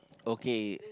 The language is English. okay